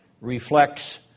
reflects